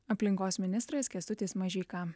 aplinkos ministras kęstutis mažeika